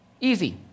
Easy